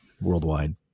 worldwide